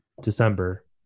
December